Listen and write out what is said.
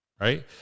right